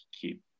keep